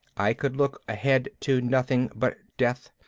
i could look ahead to nothing but death,